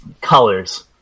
Colors